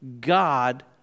god